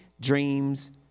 dreams